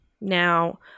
Now